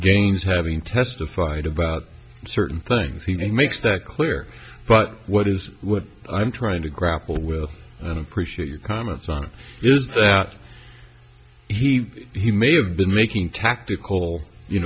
jane's having testified about certain things he makes that clear but what is what i'm trying to grapple with appreciate your comments on is that he he may have been making tactical you